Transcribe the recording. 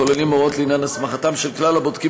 הכוללים הוראות לעניין הסמכתם של כלל הבודקים